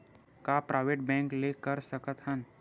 का private bank ले कर सकत हन?